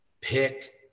pick